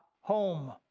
home